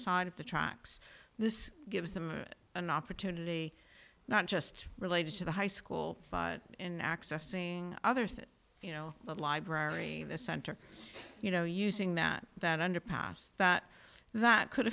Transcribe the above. side of the tracks this gives them an opportunity not just related to the high school in accessing other things you know the library the center you know using that that underpass that that could